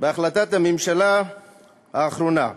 בהחלטת הממשלה האחרונה.